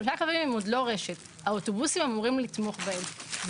שלושה קווים הם עוד לא רשת והאוטובוסים אמורים לתמוך בהם.